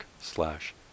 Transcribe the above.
slash